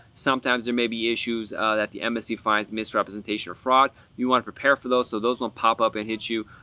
sometimes there may be issues that the msc finds misrepresentation or fraud, you want to prepare for those, so those won't pop up and hit you.